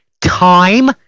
time